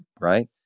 right